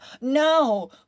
No